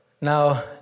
Now